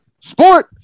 sport